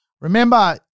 Remember